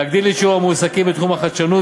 להגדיל את שיעור המועסקים בתחום החדשנות